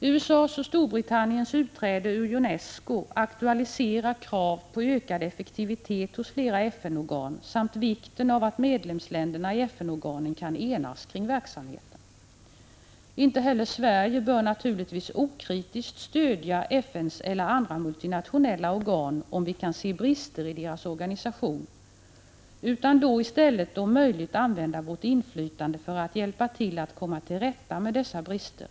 USA:s och Storbritanniens utträde ur UNESCO aktualiserar krav på ökad effektivitet hos flera FN-organ samt vikten av att medlemsländerna i FN-organen kan enas kring verksamheten. Inte heller Sverige bör naturligtvis okritiskt stödja FN:s organ eller andra multinationella organ om vi kan se brister i deras organisation, utan vi bör då 61 Prot. 1985/86:117 istället om möjligt använda vårt inflytande för att hjälpa till att komma till rätta med dessa brister.